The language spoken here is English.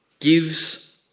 Gives